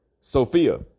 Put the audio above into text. Sophia